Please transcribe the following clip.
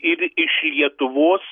ir iš lietuvos